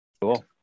cool